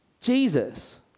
Jesus